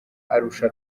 arusha